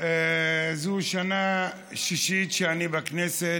זו השנה השישית שאני בכנסת,